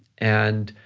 and